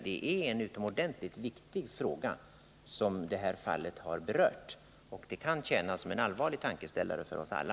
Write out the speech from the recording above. Det är en utomordentligt viktig fråga som det här fallet har berört, och det kan tjäna som en allvarlig tankeställare för oss alla.